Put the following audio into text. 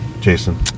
Jason